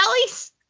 Ellie's